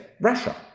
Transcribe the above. Russia